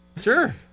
Sure